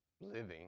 living